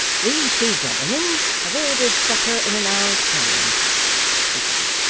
these two gentlemen have ordered supper in an hour's time she said,